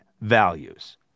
values